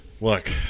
Look